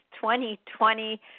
2020